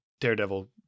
Daredevil